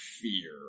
fear